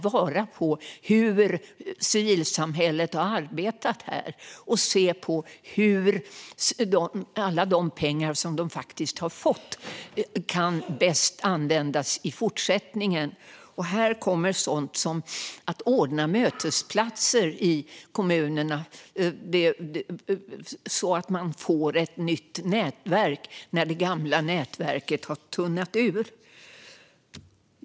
Det handlar om hur civilsamhället har arbetat här och att se hur de pengar som man har fått bäst kan användas i fortsättningen. Här kommer sådant in som mötesplatser i kommunerna, så att personerna kan få ett nytt nätverk när det gamla nätverket har tunnats ur.